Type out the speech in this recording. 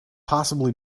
possibly